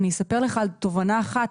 אני אספר לך על תובענה אחת